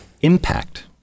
Impact